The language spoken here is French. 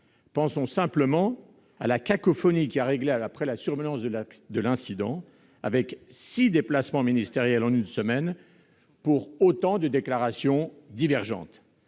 Pensons simplement à la cacophonie qui a régné après la survenance de l'incident, avec six déplacements ministériels en une semaine pour autant de déclarations divergentes